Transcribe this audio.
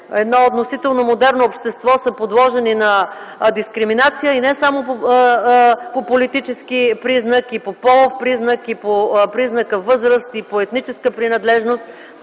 едно относително модерно общество, са подложени на дискриминация не само по политически признак, а и по полов признак, а и по признака възраст, и по етническа принадлежност.